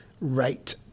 rate